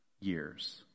years